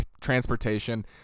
transportation